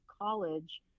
college